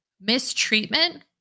mistreatment